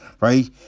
right